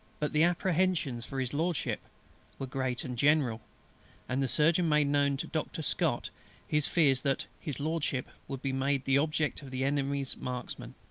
but the apprehensions for his lordship were great and general and the surgeon made known to doctor scott his fears that his lordship would be made the object of the enemy's marksmen,